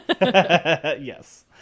yes